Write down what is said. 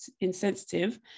insensitive